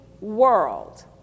world